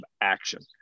action